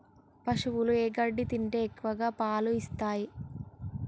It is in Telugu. పశువులు ఏ గడ్డి తింటే ఎక్కువ పాలు ఇస్తాయి?